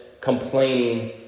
complaining